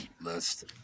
list